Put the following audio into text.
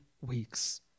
weeks